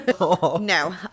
no